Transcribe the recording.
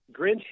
Grinch